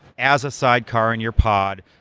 as a sidecar in your pod,